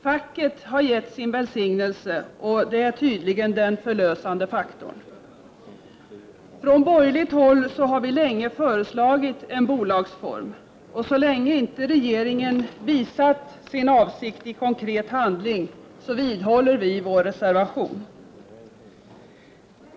Facket har gett sin välsignelse, och det är tydligen den förlösande faktorn. Från borgerligt håll har vi länge föreslagit en bolagsform, och så länge regeringen inte visar sin avsikt i konkret handling vidhåller vi vår reservation.